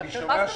מה זאת אומרת?